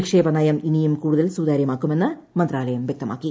നിക്ഷേപ നയം ഇനിയും കൂടുതൽ സുതാര്യമാക്കുമെന്ന് മന്ത്രാലയം വ്യക്തമാക്കി